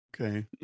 Okay